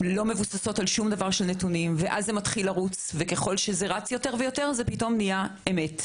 לא מבוססות על נתונים וככל שהן רצות יותר ויותר זה פתאום נהיה אמת.